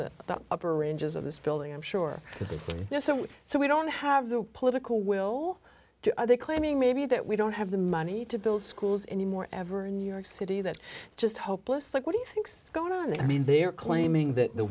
the upper ranges of this building i'm sure so so we don't have the political will to other claiming maybe that we don't have the money to build schools anymore ever in new york city that just hopeless like what do you think's going on there i mean they're claiming that the